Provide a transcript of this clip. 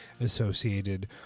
associated